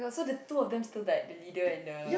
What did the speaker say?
so the two of them still died the leader and the